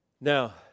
Now